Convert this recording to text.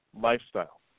lifestyle